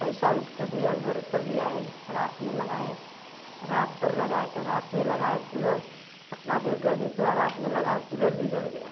पैसा उसको दिया घर पर ले आए रात में लगाए रात पर लगाए रात में लगाए कूलर इतनी ज़ोर गर्मी पड़ी रात में लगाए कूलर बिगड़ गया